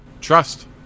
Trust